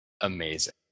amazing